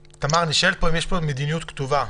תמר, נשאל פה אם יש מדיניות כתובה.